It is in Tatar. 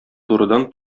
турыдан